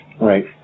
Right